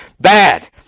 Bad